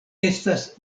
estas